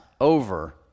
over